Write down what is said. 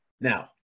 Now